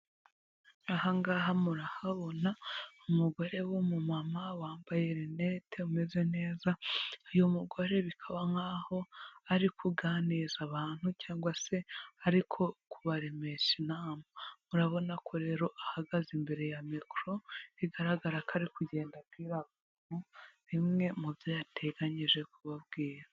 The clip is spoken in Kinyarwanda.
Ahangaha murahabona umugore w'umumama wambaye linete umeze neza, uyu mugore bikaba nkaho ari kuganiriza abantu cyangwa se ariko kubaremesha inama. Murabona ko rero ahagaze imbere ya mikoro bigaragara ko ari kugenda abwira abantu bimwe mu byo yateganyije kubabwira.